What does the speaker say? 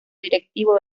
directivo